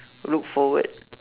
look forward